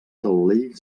taulell